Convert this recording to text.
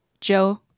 Joe